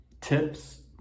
tips